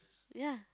ya